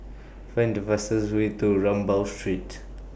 Find The fastest Way to Rambau Street